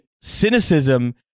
cynicism